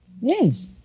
Yes